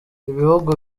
ibihugu